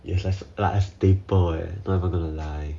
like staple leh not even gonna lie